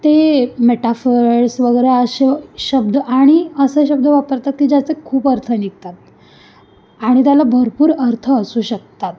ते मेटाफर्स वगैरे असे शब्द आणि असं शब्द वापरतात की ज्याचं खूप अर्थ निघतात आणि त्याला भरपूर अर्थ असू शकतात